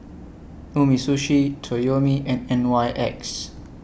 Umisushi Toyomi and N Y X